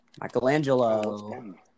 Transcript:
Michelangelo